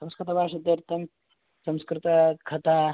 संस्कृतभाषार्थं संस्कृतकथाः